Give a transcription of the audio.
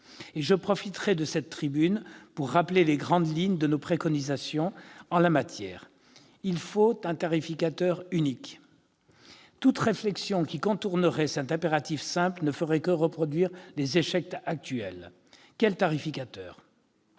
et je profiterai de cette tribune pour rappeler les grandes lignes de nos préconisations en la matière. Il faut un tarificateur unique. Toute réflexion qui contournerait cet impératif simple ne ferait que reproduire les échecs actuels. Quel tarificateur ?